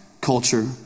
culture